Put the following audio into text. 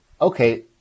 okay